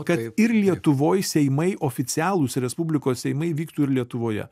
kad ir lietuvoj seimai oficialūs respublikos seimai vyktų ir lietuvoje